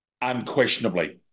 Unquestionably